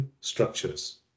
structures